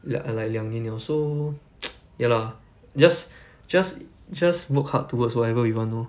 li~ ah like 两年 liao so ya lah just just just work hard towards whatever you want loh